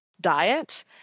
diet